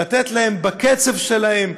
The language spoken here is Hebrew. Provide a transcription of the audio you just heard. לתת להם בקצב שלהם,